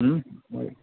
हं बरं